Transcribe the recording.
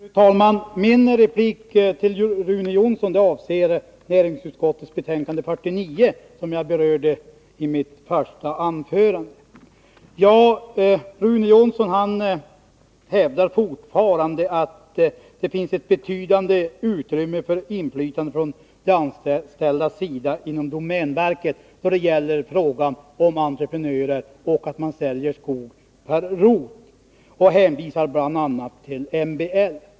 Fru talman! Min replik till Rune Jonsson avser näringsutskottets betänkande 49, som jag berörde i mitt första anförande. Rune Jonsson hävdar fortfarande att det finns ett betydande utrymme för inflytande från de anställdas sida inom domänverket då det gäller frågan om entreprenörer och det förhållandet att man säljer skog på rot, och han hänvisar bl.a. till MBL.